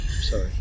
sorry